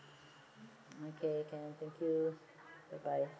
okay can thank you bye bye